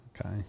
Okay